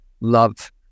love